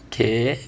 okay